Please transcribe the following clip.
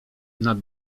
nad